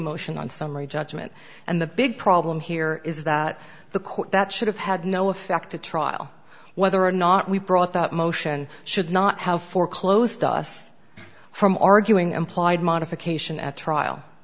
motion on summary judgment and the big problem here is that the court that should have had no effect a trial whether or not we brought that motion should not have foreclosed us from arguing implied modification at trial